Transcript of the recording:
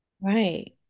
Right